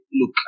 look